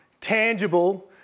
tangible